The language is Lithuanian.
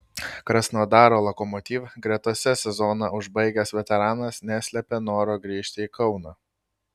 krasnodaro lokomotiv gretose sezoną užbaigęs veteranas neslėpė noro grįžti į kauną